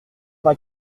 d’un